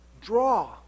draw